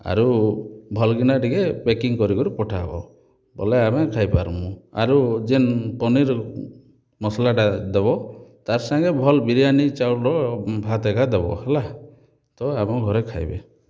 ଆରୁ ଭଲ କିନା ଟିକେ ପ୍ୟାକିଙ୍ଗ କରି କରି ପଠେଇବ ବୋଲେ ଆମେ ଖାଇ ପାରମୁ ଆରୁ ଯେନ୍ ପନିର୍ ମସଲାଟା ଦବ ତା'ର ସାଙ୍ଗେ ଭଲ ବିରିୟାନୀ ଚାଉଲ ଭାତ ଏକା ଦବ ହେଲା ତ ଆମ ଘରେ ଖାଇବେ